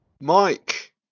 Mike